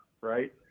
right